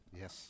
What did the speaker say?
Yes